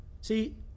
see